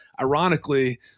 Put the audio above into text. Ironically